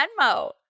Venmo